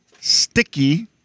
Sticky